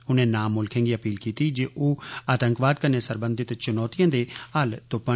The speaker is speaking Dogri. उनें 'नाम' मुल्खें गी अपील कीती जे ओह आतंकवाद कन्नै सरबंधत चुनौतिएं दे हल तुष्पन